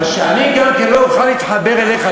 אבל שאני גם לא אוכל להתחבר אליך,